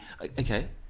Okay